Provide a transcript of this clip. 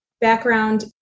background